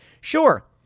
Sure